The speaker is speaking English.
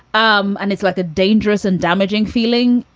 um and it's like a dangerous and damaging feeling.